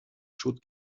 chaudes